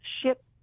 SHIP